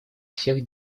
всех